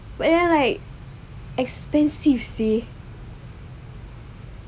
but I'm like expensive seh